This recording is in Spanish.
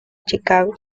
chicago